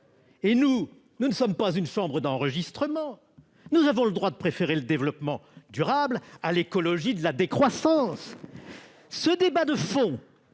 Et nous, nous ne sommes pas une chambre d'enregistrement ! Nous avons le droit de préférer le développement durable à l'écologie de la décroissance. Ce débat de fond